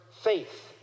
faith